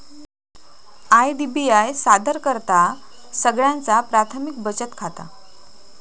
IDBI सादर करतहा सगळ्यांचा प्राथमिक बचत खाता